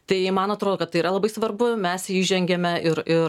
tai man atrodo kad tai yra labai svarbu mes įžengėme ir ir